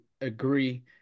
agree